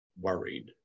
worried